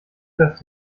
das